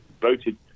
voted